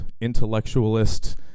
intellectualist